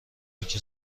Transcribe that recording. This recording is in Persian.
بلوک